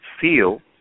feel